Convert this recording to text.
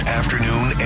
afternoon